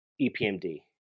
EPMD